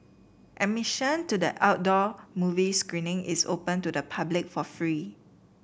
admission to the outdoor movie screening is open to the public for free